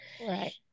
Right